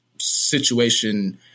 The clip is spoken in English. situation